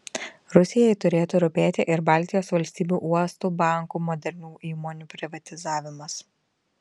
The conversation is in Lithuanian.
rusijai turėtų rūpėti ir baltijos valstybių uostų bankų modernių įmonių privatizavimas